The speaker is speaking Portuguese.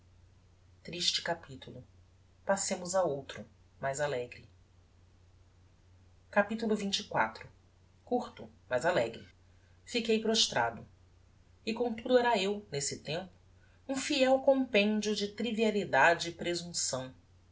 triste capitulo passemos a outro mais alegre capitulo xxiv curto mas alegro fiquei prostrado e comtudo era eu nesse tempo um fiel compendio de trivialidade e presumpção